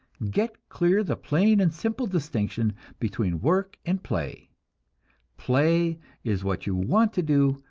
get clear the plain and simple distinction between work and play play is what you want to do,